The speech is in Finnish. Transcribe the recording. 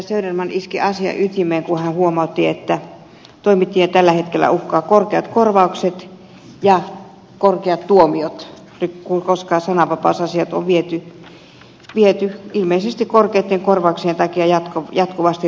söderman iski asian ytimeen kun hän huomautti että toimittajia tällä hetkellä uhkaavat korkeat korvaukset ja korkeat tuomiot koska sananvapausasiat on viety ilmeisesti korkeitten korvauksien takia jatkuvasti rikosoikeudelliseen käsittelyyn